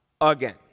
again